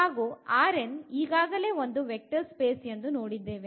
ಹಾಗು ಈಗಾಗಲೇ ಒಂದು ವೆಕ್ಟರ್ ಸ್ಪೇಸ್ ಎಂದು ನೋಡಿದ್ದೇವೆ